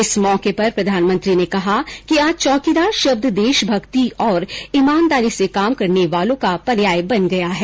इस मौके पर प्रधानमंत्री ने कहा कि आज चौकीदार शब्द देशभक्ति और ईमानदारी से काम करने वालों का पर्याय बन गया है